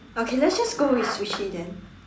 okay let's just go with Sushi then